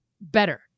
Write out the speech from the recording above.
better